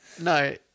no